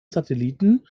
satelliten